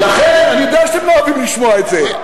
לכן, אני יודע שאתם לא אוהבים לשמוע את זה.